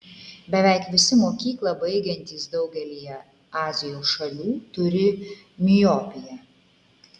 beveik visi mokyklą baigiantys daugelyje azijos šalių turi miopiją